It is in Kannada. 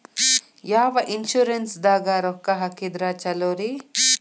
ಯಾವ ಇನ್ಶೂರೆನ್ಸ್ ದಾಗ ರೊಕ್ಕ ಹಾಕಿದ್ರ ಛಲೋರಿ?